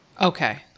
Okay